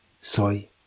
Soy